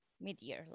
mid-year